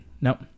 Nope